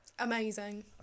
Amazing